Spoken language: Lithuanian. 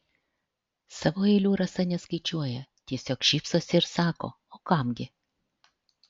savo eilių rasa neskaičiuoja tiesiog šypsosi ir sako o kam gi